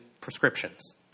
prescriptions